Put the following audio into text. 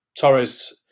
Torres